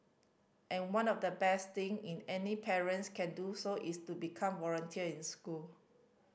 and one of the best thing in any parents can do so is to become volunteer in school